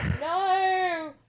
No